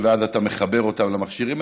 ואז אתה מחבר אותם למכשירים,